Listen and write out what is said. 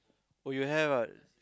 oh you have ah